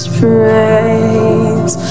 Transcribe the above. praise